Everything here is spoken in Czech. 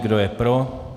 Kdo je pro?